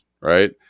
right